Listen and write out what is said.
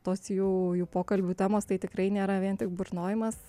tos jų jų pokalbių temos tai tikrai nėra vien tik burnojimas